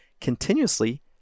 continuously